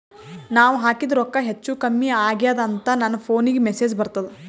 ನಾವ ಹಾಕಿದ ರೊಕ್ಕ ಹೆಚ್ಚು, ಕಮ್ಮಿ ಆಗೆದ ಅಂತ ನನ ಫೋನಿಗ ಮೆಸೇಜ್ ಬರ್ತದ?